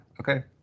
okay